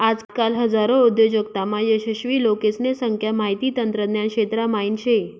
आजकाल हजारो उद्योजकतामा यशस्वी लोकेसने संख्या माहिती तंत्रज्ञान क्षेत्रा म्हाईन शे